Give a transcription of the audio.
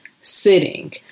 sitting